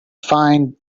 find